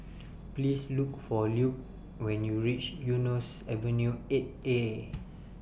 Please Look For Luke when YOU REACH Eunos Avenue eight A